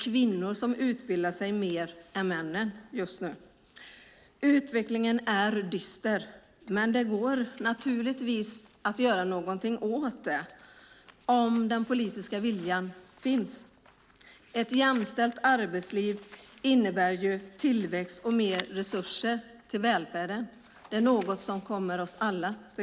Kvinnor utbildar sig mer än män just nu. Utvecklingen är dyster, men det går naturligtvis att göra någonting åt den om den politiska viljan finns. Ett jämställt arbetsliv innebär tillväxt och mer resurser till välfärden. Det är något som gagnar oss alla.